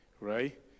right